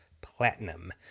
platinum